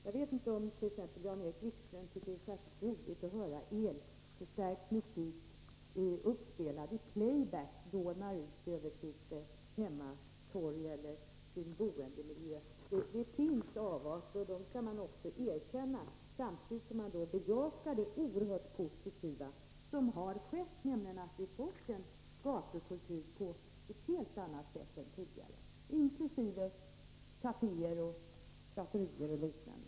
Jag undrar om Jan-Erik Wikström skulle tycka att det var särskilt roligt att höra elförstärkt musik uppspelad i playback dåna ut över sitt hemmatorg eller sin boendemiljö. Det finns avarter, och dem skall man också erkänna, samtidigt som man bejakar det oerhört positiva som har skett, nämligen att vi fått en gatukultur på ett helt annat sätt än tidigare. Jag tänker då också på kaféer, trattorior och liknande.